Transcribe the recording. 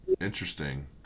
Interesting